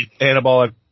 anabolic